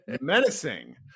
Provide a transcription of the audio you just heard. menacing